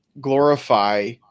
glorify